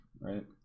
right